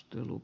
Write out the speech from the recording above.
ottelu